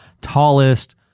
tallest